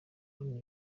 hano